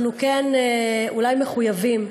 אנחנו כן אולי מחויבים,